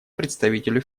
представителю